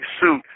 suit